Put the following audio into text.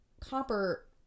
copper